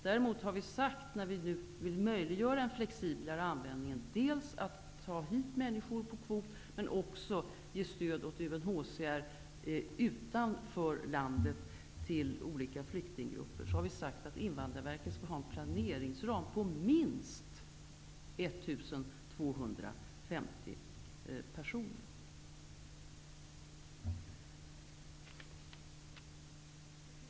Däremot har vi när vi nu vill möjliggöra en flexiblare användning sagt, att vi dels skall ta hit människor på kvot, dels ge stöd till UNHCR till olika flyktinggrupper utanför landet. Vi har sagt att Invandrarverket skall ha en planeringsram på minst 1 250 personer.